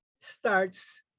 starts